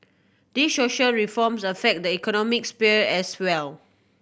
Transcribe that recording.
these social reforms affect the economic sphere as well